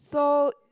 so